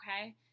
Okay